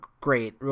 great